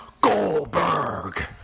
Goldberg